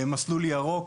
של מסלול ירוק.